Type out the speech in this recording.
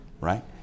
Right